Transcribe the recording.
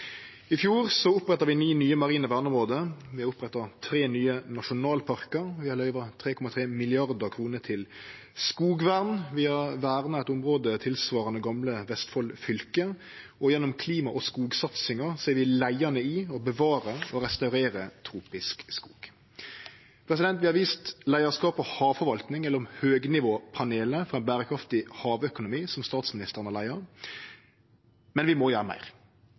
I fjor oppretta vi ni nye marine verneområde. Vi oppretta tre nye nasjonalparkar. Vi har løyvd 3,3 mrd. kr til skogvern. Vi har verna eit område tilsvarande gamle Vestfold fylke, og gjennom klima- og skogsatsinga er vi leiande i å bevare og restaurere tropisk skog. Vi har vist leiarskap på havforvalting gjennom høgnivåpanelet for ein berekraftig havøkonomi, som statsministeren har leia, men vi må gjere meir.